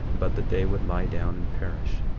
but that they would lie down and perish,